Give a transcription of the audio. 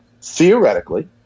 Theoretically